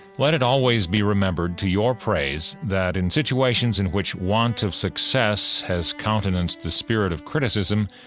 let it always be remembered, to your praise, that in situations in which want of success has countenanced the spirit of criticism,